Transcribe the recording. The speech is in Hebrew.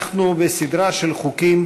אנחנו בסדרה של חוקים,